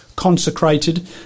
consecrated